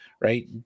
right